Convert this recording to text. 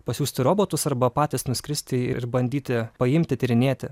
pasiųsti robotus arba patys nuskristi ir bandyti paimti tyrinėti